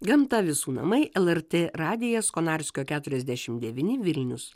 gamta visų namai lrt radijas konarskio keturiasdešimt devyni vilnius